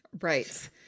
Right